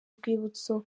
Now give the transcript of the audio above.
urwibutso